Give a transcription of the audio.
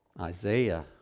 Isaiah